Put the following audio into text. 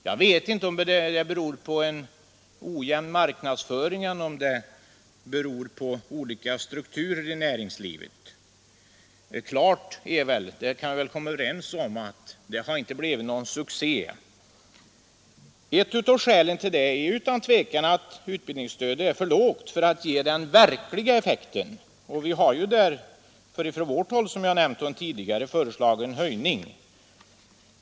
Jag vet inte om det beror på en ojämn marknadsföring eller om det beror på olika struktur i näringslivet. Klart är väl — det kan vi komma överens om — att den inte har blivit någon succé. Ett av skälen är utan tvivel att utbildningsstödet är för lågt för att ge den verkliga effekten. Som jag tidigare nämnt har vi där från vårt håll föreslagit en höjning.